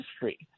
history